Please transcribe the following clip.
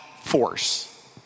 force